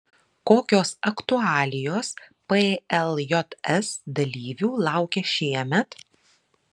kokios aktualijos pljs dalyvių laukia šiemet